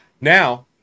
now